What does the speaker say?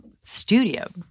studio